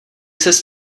ses